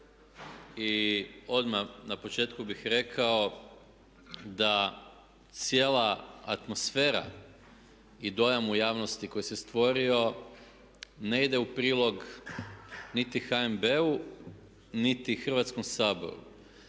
i odmah na početku bih rekao da cijela atmosfera i dojam u javnosti koji se stvorio ne ide u prilog niti HNB-u, niti Hrvatskom saboru.